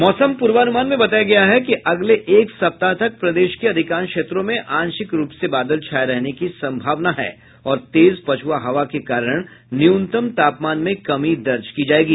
मौसम पूर्वानुमान में बताया गया है कि अगले एक सप्ताह तक प्रदेश के अधिकांश क्षेत्रों में आंशिक रूप से बादल छाये रहने की संभावना है और तेज पछुआ हवा के कारण न्यूनतम तापमान में कमी दर्ज की जायेगी